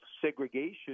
segregation